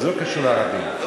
זה לא קשור לערבים,